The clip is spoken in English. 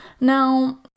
now